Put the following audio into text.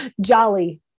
jolly